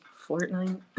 Fortnite